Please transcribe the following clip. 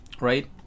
right